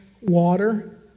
water